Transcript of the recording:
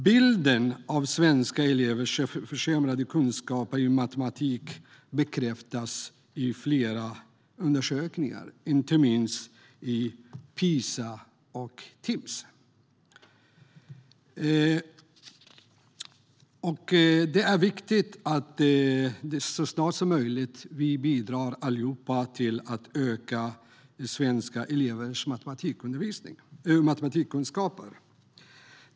Bilden av svenska elevers försämrade kunskaper i matematik bekräftas i flera internationella utvärderingar, inte minst i PISA och Timss. Det är viktigt att vi snarast möjligt bidrar till att öka svenska elevers matematikkunskaper.